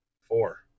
Four